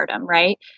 right